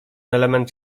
element